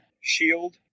Shield